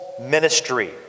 ministry